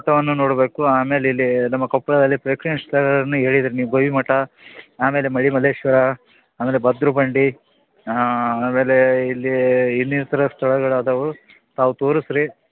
ರಥವನ್ನು ನೋಡಬೇಕು ಆಮೇಲೆ ಇಲ್ಲೀ ನಮ್ಮ ಕೊಪ್ಪಳದಲ್ಲಿ ಪ್ರೇಕ್ಷಣೀಯ ಸ್ಥಳಗಳನ್ನು ಹೇಳಿದ್ರಿ ನೀವು ಗವಿ ಮಠ ಆಮೇಲೆ ಮಳಿ ಮಲ್ಲೇಶ್ವರ ಆಮೇಲೆ ಬದ್ರ ಬಂಡಿ ಆಮೇಲೇ ಇಲ್ಲೀ ಇನ್ನಿತರ ಸ್ಥಳಗಳದಾವು ತಾವು ತೋರಿಸ್ರಿ